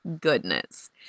goodness